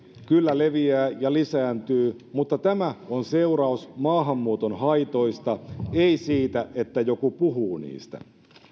kyllä leviää ja lisääntyy mutta tämä on seuraus maahanmuuton haitoista ei siitä että joku puhuu niistä